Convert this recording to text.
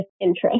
interest